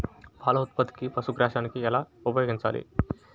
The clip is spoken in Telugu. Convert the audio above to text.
పాల ఉత్పత్తికి పశుగ్రాసాన్ని ఎలా ఉపయోగించాలి?